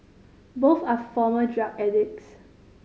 both are former drug addicts